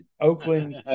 Oakland